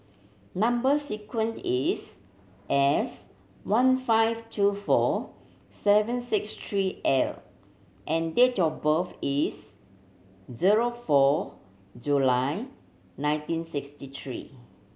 number sequence is S one five two four seven six three L and date of birth is zero four July nineteen sixty three